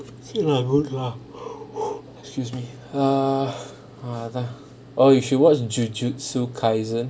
feel like I would lah excuse me err oh you should watch